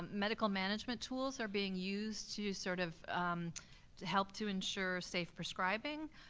um medical management tools are being used to sort of to help to ensure safe prescribing.